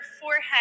forehead